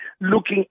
looking